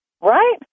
Right